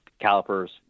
calipers